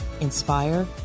inspire